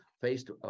faced